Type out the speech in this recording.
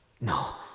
No